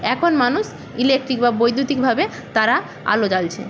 এখন মানুষ ইলেকট্রিক বা বৈদ্যুতিকভাবে তারা আলো জ্বালছে